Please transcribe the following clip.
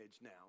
now